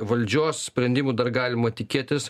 valdžios sprendimų dar galima tikėtis